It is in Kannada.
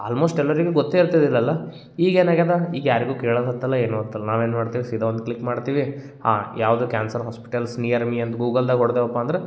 ಆಲ್ಮೋಸ್ಟ್ ಎಲ್ಲರಿಗೂ ಗೊತ್ತೇ ಇರ್ತದೆ ಇಲ್ಲೆಲ್ಲ ಈಗ ಏನಾಗ್ಯದ ಈಗ ಯಾರಿಗೂ ಕೇಳೋದ್ ಹತ್ತಲ್ಲ ಏನೂ ಹತ್ತಲ್ಲ ನಾವೇನು ಮಾಡ್ತೀವಿ ಸೀದಾ ಒಂದು ಕ್ಲಿಕ್ ಮಾಡ್ತೀವಿ ಹಾಂ ಯಾವುದು ಕ್ಯಾನ್ಸರ್ ಹಾಸ್ಪಿಟಲ್ಸ್ ನಿಯರ್ ಮಿ ಅಂತ ಗೂಗಲ್ದಾಗ ಹೊಡೆದೆವಪ್ಪ ಅಂದ್ರೆ